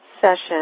session